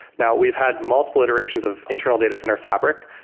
now, we've had multiple iterations of internal data center fabric.